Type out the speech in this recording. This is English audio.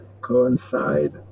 coincide